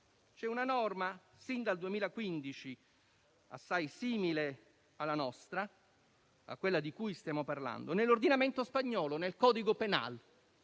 c'è una norma assai simile alla nostra, a quella di cui stiamo parlando, nell'ordinamento spagnolo, nel *codigo penal.*